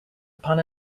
upon